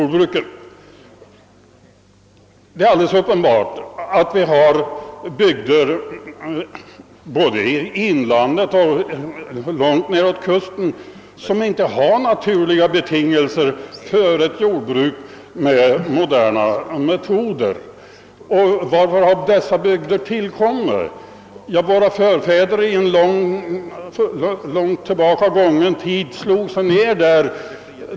Det är alldeles uppenbart att vi har bygder både i inlandet och långt nedåt kusten som inte har naturliga betingelser för jordbruk med moderna metoder. Hur har dessa bygder uppkommit? Långt tillbaka i tiden slog sig våra förfäder ned där.